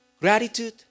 Gratitude